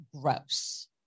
gross